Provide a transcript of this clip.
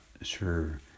sure